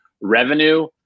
revenue